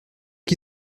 qui